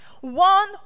one